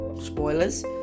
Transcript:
spoilers